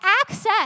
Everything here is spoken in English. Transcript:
access